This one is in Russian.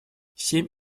семь